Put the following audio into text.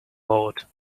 board